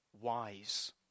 wise